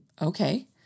Okay